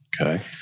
Okay